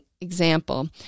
example